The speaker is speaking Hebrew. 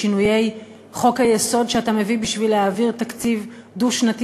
בשינויי חוק-היסוד שאתה מביא בשביל להעביר תקציב דו-שנתי